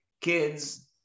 Kids